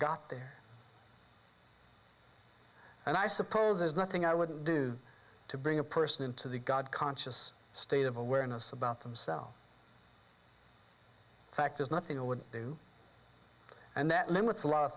got there and i suppose there's nothing i wouldn't do to bring a person into the god conscious state of awareness about themselves fact there's nothing i would do and that limits a lot of